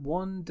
one